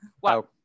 wow